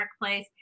workplace